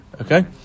okay